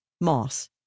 moss